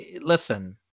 Listen